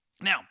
Now